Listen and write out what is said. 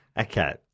Okay